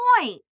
point